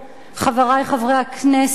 חברי חברי הכנסת,